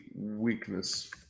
weakness